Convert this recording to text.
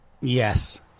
Yes